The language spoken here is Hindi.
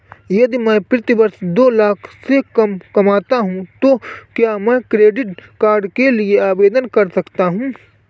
यदि मैं प्रति वर्ष दो लाख से कम कमाता हूँ तो क्या मैं क्रेडिट कार्ड के लिए आवेदन कर सकता हूँ?